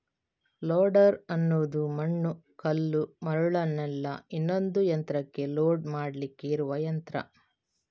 loader ಅನ್ನುದು ಮಣ್ಣು, ಕಲ್ಲು, ಮರಳನ್ನೆಲ್ಲ ಇನ್ನೊಂದು ಯಂತ್ರಕ್ಕೆ ಲೋಡ್ ಮಾಡ್ಲಿಕ್ಕೆ ಇರುವ ಯಂತ್ರ